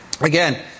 Again